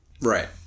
Right